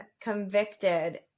convicted